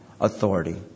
authority